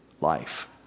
life